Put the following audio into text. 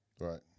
Right